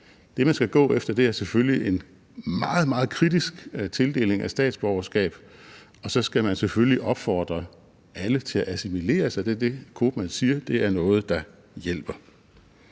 Det, man skal gå efter, er selvfølgelig en meget, meget kritisk tildeling af statsborgerskab, og så skal man selvfølgelig opfordre alle til at assimilere sig, for det er – det er det, Koopmans siger – noget, der hjælper.